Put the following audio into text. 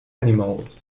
animals